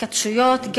התכתשויות,